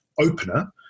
opener